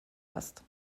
hast